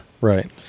Right